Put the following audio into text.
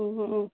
हूं